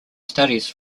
studies